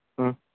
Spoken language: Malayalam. മ്മ്